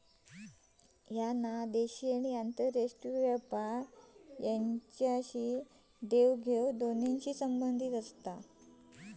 ह्या देशी आणि आंतरराष्ट्रीय व्यापार देवघेव दोन्हींशी संबंधित आसा